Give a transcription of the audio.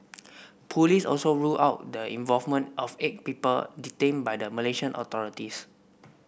police also ruled out the involvement of eight people detained by the Malaysian authorities